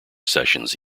seasons